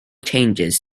changes